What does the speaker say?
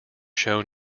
shown